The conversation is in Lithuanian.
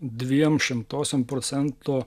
dviem šimtosiom procento